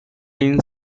been